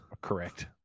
Correct